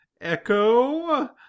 Echo